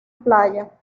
playa